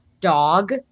dog